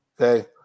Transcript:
okay